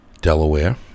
Delaware